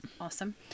Awesome